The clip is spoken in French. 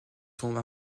tombe